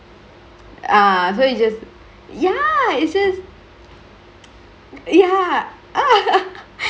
ah so it's just ya it's just ya